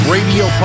Radio